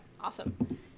awesome